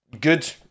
good